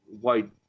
white